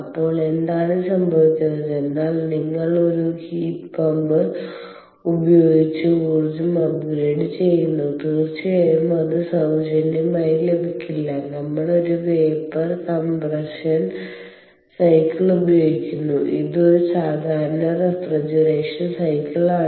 അപ്പോൾ എന്താണ് സംഭവിക്കുന്നത്തെന്നാൽ നിങ്ങൾ ഒരു ഹീറ്റ് പമ്പ് ഉപയോഗിച്ച് ഊർജം അപ്ഗ്രേഡ് ചെയുന്നു തീർച്ചയായും അത് സൌജന്യമായി ലഭിക്കില്ല നമ്മൾ ഒരു വേപ്പർ കംപ്രഷൻ സൈക്കിൾ ഉപയോഗിക്കുന്നു ഇത് ഒരു സാധാരണ റഫ്രിജറേഷൻ സൈക്കിളാണ്